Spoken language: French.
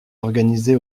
organisé